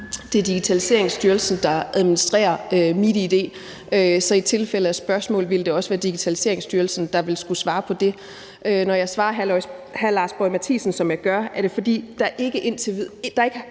Det er Digitaliseringsstyrelsen, der administrerer MitID. Så i tilfælde af spørgsmål vil det også være Digitaliseringsstyrelsen, der skal svare på det. Når jeg svarer hr. Lars Boje Mathiesen, som jeg gør, er det, fordi der ikke